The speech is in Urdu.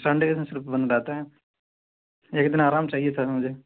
سنڈے کے دن صرف بند رہتا ہے ایک دن آرام چاہیے تھوڑا سا مجھے